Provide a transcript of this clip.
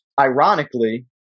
ironically